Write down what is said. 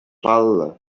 паллӑ